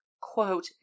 quote